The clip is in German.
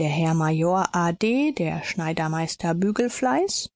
der herr major a d der schneidermeister bügelfleiß